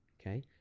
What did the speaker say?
okay